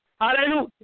Hallelujah